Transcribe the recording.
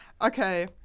Okay